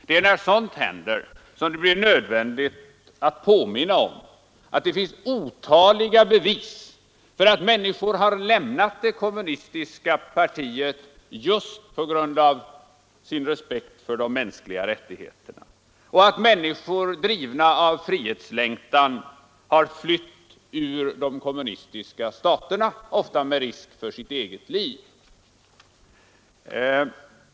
Det är när sådant händer som det blir nödvändigt att påminna om att det finns otaliga bevis för att människor lämnat det kommunistiska partiet just på grund av sin respekt för de mänskliga rättigheterna och att människor drivna av frihetslängtan har flytt ur de kommunistiska staterna med risk för sitt eget liv.